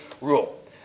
rule